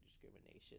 discrimination